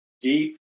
deep